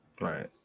Right